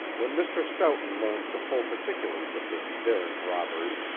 when mr. stoughton learned the full particulars of this daring robbery,